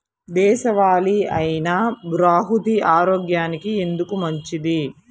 దేశవాలి అయినా బహ్రూతి ఆరోగ్యానికి ఎందుకు మంచిది?